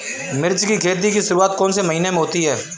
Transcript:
मिर्च की खेती की शुरूआत कौन से महीने में होती है?